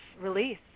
release